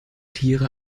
tiere